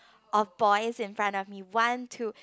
of boys in front of me one two